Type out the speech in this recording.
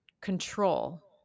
control